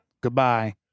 Goodbye